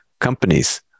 companies